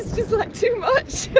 just like too much